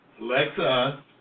Alexa